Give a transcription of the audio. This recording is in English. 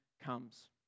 comes